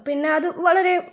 പിന്നത് വളരെ